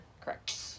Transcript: Correct